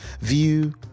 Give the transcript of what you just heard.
view